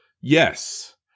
Yes